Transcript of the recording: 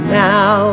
now